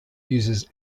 uses